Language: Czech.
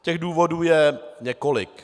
Těch důvodů je několik.